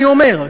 אני אומר,